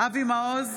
אבי מעוז,